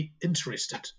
interested